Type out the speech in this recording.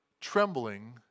trembling